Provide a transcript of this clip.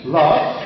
love